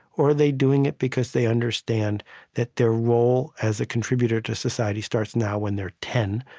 or are they doing it because they understand that their role as a contributor to society starts now when they're ten,